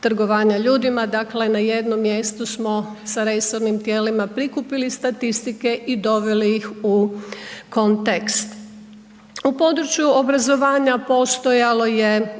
ljudima dakle na jednom mjestu smo s resornim tijelima prikupili statistike i doveli ih u kontekst. U području obrazovanja postojalo